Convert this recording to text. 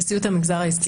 נשיאות המגזר העסקי.